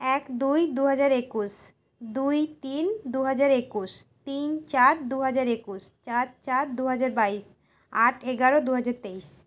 এক দুই দুহাজার একুশ দুই তিন দুহাজার একুশ তিন চার দুহাজার একুশ চার চার দুহাজার বাইশ আট এগারো দুহাজার তেইশ